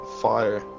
fire